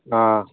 ꯑꯥ